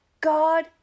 God